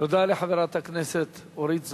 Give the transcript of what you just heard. תודה לחברת הכנסת אורית זוארץ,